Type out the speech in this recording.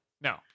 No